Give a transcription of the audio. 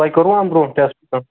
تۄہہِ کوٚروٕ اَمہِ برونٛہہ ٹٮ۪سٹ کانٛہہ